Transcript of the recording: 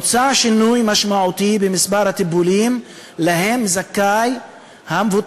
מוצע שינוי משמעותי במספר הטיפולים שהמבוטח זכאי להם.